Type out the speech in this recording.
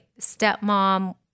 stepmom